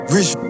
Rich